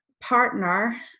partner